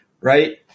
right